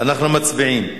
אנחנו מצביעים.